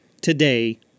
today